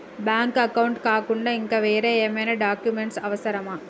Bank account కాకుండా ఇంకా వేరే ఏమైనా డాక్యుమెంట్స్ అవసరమా?